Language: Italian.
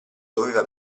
doveva